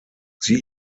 sie